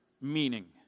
meaning